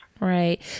right